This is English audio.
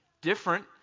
different